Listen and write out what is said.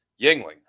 Yingling